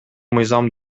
мыйзам